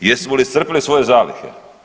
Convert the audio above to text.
Jesmo li iscrpili svoje zalihe?